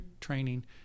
training